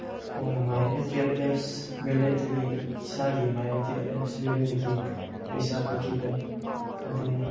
home my Airtel apps ꯋꯦꯜꯂꯦꯠꯇꯒꯤ ꯏꯁꯥꯒꯤ my Airtel apps ꯋꯥꯜꯂꯦꯠꯇꯒꯤ ꯄꯩꯁꯥ ꯀꯛꯈꯤꯕ ꯑꯗꯨ